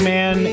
Man